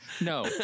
No